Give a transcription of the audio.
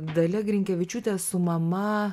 dalia grinkevičiūtė su mama